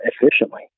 efficiently